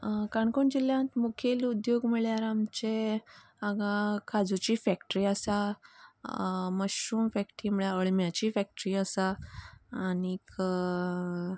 काणकोण जिल्ल्यांत मुखेल उद्योग म्हळ्यार आमचे हांगा काजुची फॅक्टरी आसा मशरूम फॅक्टरी म्हळ्यार अळम्याची फॅक्टरी आसा आनीक